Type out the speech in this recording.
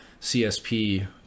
CSP